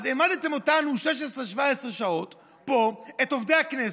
אז העמדתם אותנו 17-16 שעות פה, את עובדי הכנסת,